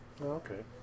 Okay